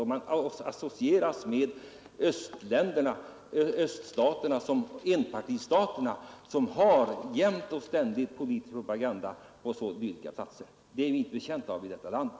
Man associerar det till öststaterna som jämt och ständigt har politisk propaganda på offentliga platser. Sådant är vi inte betjänta av här i landet.